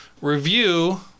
review